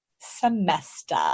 semester